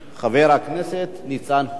חבר הכנסת ניצן הורוביץ.